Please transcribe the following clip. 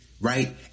Right